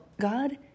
God